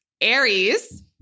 Aries